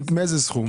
מאיזה סכום?